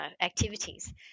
activities